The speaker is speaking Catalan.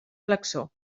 flexor